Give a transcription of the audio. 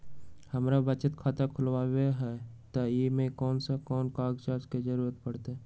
हमरा बचत खाता खुलावेला है त ए में कौन कौन कागजात के जरूरी परतई?